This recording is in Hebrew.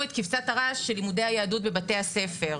את כבשת הרש של לימודי היהדות בבתי הספר.